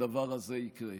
הדבר הזה יקרה.